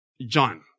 John